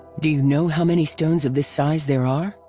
do you know how many stones of this size there are?